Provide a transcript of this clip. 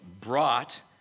brought